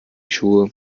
schuhe